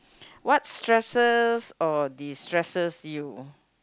what stresses or destresses you